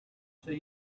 see